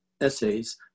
essays